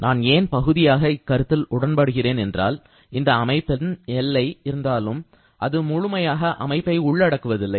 நான் ஏன் பகுதியாக இக்கருத்தில் உடன்படுகிறேன் என்றால் இந்த அமைப்பில் எல்லை இருந்தாலும் அது முழுமையாக அமைப்பை உள்ளடக்குவதில்லை